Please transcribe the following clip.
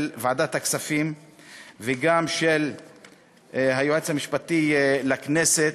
ועדת הכספים וגם ליועץ המשפטי לכנסת,